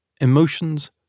Emotions